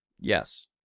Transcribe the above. Yes